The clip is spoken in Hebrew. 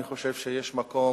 אני חושב שיש מקום